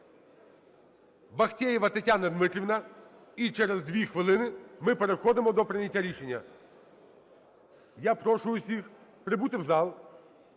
Бахтеєва Тетяна Дмитрівна. І через 2 хвилини ми переходимо до прийняття рішення. Я прошу усіх прибути в зал,